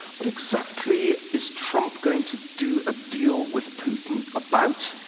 what exactly is trump going to do a deal with putin about?